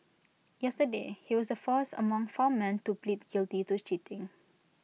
yesterday he was the first among four men to plead guilty to cheating